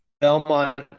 Belmont